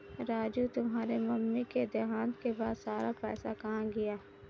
राजू तुम्हारे मम्मी के देहांत के बाद सारा पैसा कहां गया?